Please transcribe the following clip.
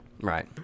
Right